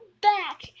back